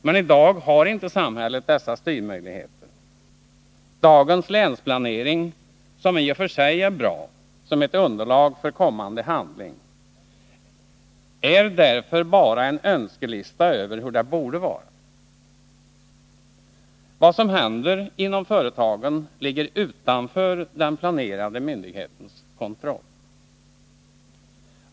Men i dag har inte samhället dessa styrmöjligheter. Dagens länsplanering, som i och för sig är bra som ett underlag för kommande handling, är därför bara en önskelista över hur det borde vara. Vad som händer inom företagen ligger utanför den planerande myndighetens kontroll.